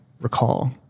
recall